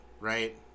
right